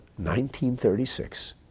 1936